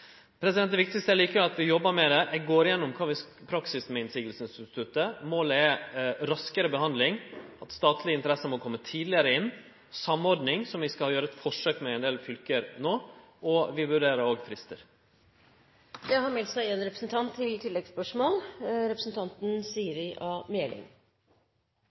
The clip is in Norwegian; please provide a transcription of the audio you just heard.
er likevel at vi jobbar med dette, går igjennom praksis når det gjeld motsegninstituttet. Målet er raskare behandling, at statlege interesser må kome tidlegare inn, og samordning, som vi skal gjere eit forsøk med i ein del fylke no. Vi vurderer òg fristar. Det blir gitt anledning til oppfølgingsspørsmål – først Siri A. Meling.